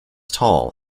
tall